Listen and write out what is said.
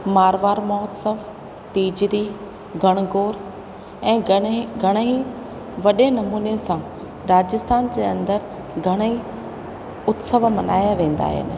मारवाड़ महोत्सव तीजड़ी घणगोर ऐं घणे घणेई वॾे नमूने सां राजस्थान जे अंदरु घणई उत्सव मल्हाया वेंदा आहिनि